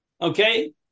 Okay